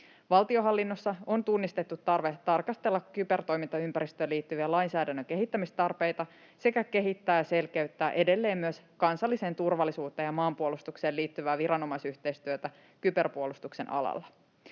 Valtionhallinnossa on tunnistettu tarve tarkastella kybertoimintaympäristöön liittyviä lainsäädännön kehittämistarpeita sekä kehittää ja selkeyttää edelleen myös kansalliseen turvallisuuteen ja maanpuolustukseen liittyvää viranomaisyhteistyötä kyberpuolustuksen alalla.